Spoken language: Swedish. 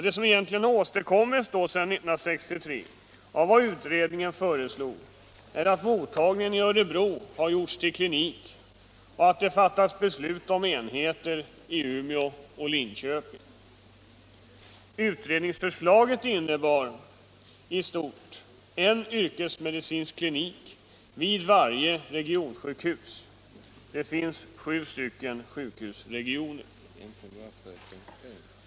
Det som egentligen har åstadkommits sedan 1963 av vad utredningen föreslog är att mottagningen i Örebro har gjorts till klinik och att det fattats beslut om enheter i Umeå och Linköping. Utredningsförslaget innebar i stort en yrkesmedicinsk klinik vid varje regionsjukhus —- det finns sju sjukhusregioner.